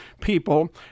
people